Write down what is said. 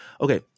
okay